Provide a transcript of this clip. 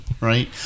right